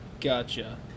Gotcha